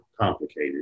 complicated